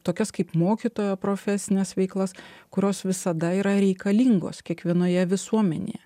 tokias kaip mokytojo profesines veiklas kurios visada yra reikalingos kiekvienoje visuomenėje